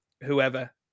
whoever